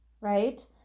right